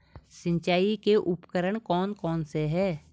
सिंचाई के उपकरण कौन कौन से हैं?